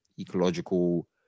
ecological